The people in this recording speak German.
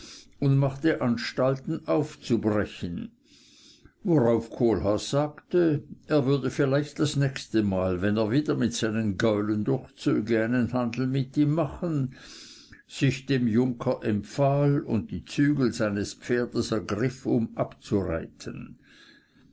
und machte anstalten aufzubrechen worauf kohlhaas sagte er würde vielleicht das nächste mal wenn er wieder mit seinen gaulen durchzöge einen handel mit ihm machen sich dem junker empfahl und die zügel seines pferdes ergriff um abzureiten